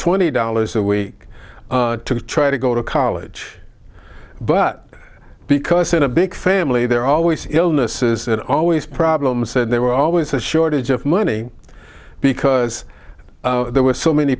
twenty dollars a week to try to go to college but because in a big family there are always illnesses and always problems said there were always a shortage of money because there were so many